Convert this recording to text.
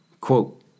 Quote